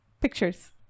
pictures